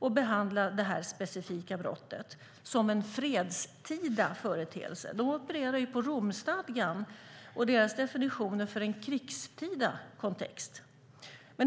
att behandla detta specifika brott som en fredstida företeelse. Man har heller inte gjort det under den ganska mångåriga utredningstiden. De opererar på Romstadgan och dess definitioner för en krigstida kontext.